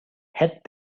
het